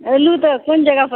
एलहुँ तऽ कोन जगह पर